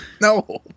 no